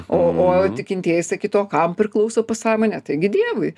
o o tikintieji sakykitų o kam priklauso pasąmonė taigi dievui